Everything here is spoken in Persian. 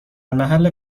محل